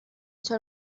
hecho